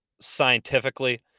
scientifically